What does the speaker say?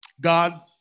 God